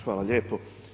Hvala lijepo.